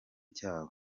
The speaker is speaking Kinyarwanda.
cyabo